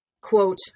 quote